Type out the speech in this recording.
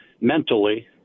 mentally